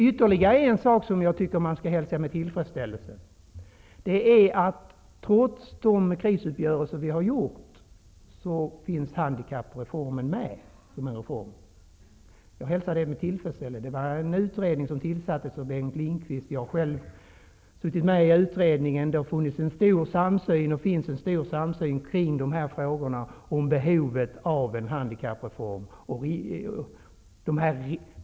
Ytterligare en sak som jag tycker skall hälsas med tillfredsställelse är att handikappreformen trots de krisuppgörelser som har träffats ligger fast. Det tillsattes en utredning av Bengt Lindqvist som jag själv kom att tillhöra. Det fanns i den utredningen och finns även i övrigt en samsyn om behovet av en handikappreform.